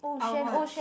I'll what